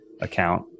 account